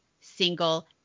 single